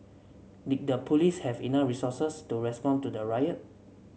did the police have enough resources to respond to the riot